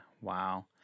Wow